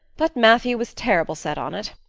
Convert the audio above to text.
but matthew was terrible set on it.